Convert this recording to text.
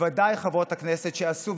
ובוודאי חברות הכנסת שעשו,